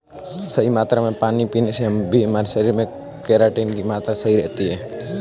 सही मात्रा में पानी पीने से भी हमारे शरीर में केराटिन की मात्रा सही रहती है